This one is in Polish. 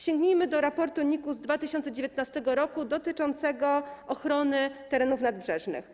Sięgnijmy do raportu NIK-u z 2019 r. dotyczącego ochrony terenów nadbrzeżnych.